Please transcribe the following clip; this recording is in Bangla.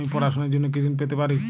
আমি পড়াশুনার জন্য কি ঋন পেতে পারি?